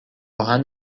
آهن